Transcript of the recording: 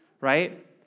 right